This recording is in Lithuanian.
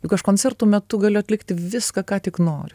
juk aš koncertų metu galiu atlikti viską ką tik noriu